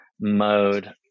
mode